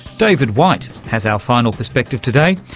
david white has our final perspective today.